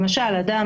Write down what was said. זו רפורמה גדולה.